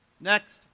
Next